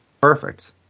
Perfect